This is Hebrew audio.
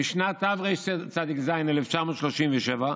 משנת תרצ"ז, 1937,